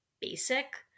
basic